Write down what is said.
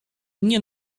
nie